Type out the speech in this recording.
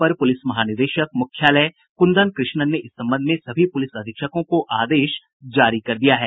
अपर police महानिदेशक मुख्यालय कुंदन कृष्णन ने इस संबंध में सभी पुलिस अधीक्षकों को आदेश जारी कर दिया है